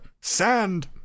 Sand